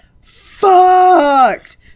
fucked